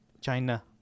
China